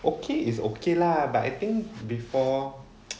okay is okay lah but I think before